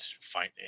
find